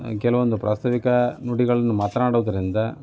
ಕೆಲವೊಂದು ಪ್ರಾಸ್ತವಿಕ ನುಡಿಗಳನ್ನು ಮಾತನಾಡುವುದರಿಂದ